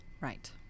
right